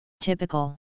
Typical